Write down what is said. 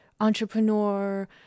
entrepreneur